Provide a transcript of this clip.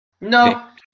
No